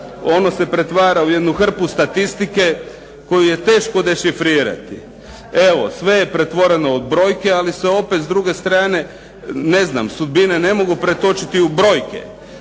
Ono se pretvara u jednu hrpu statistike koju je teško dešifrirati. Evo, sve je pretvoreno u brojke ali se opet s druge strane sudbine ne mogu pretočiti u brojke.